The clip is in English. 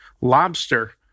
lobster